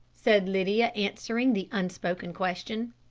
said lydia, answering the unspoken question.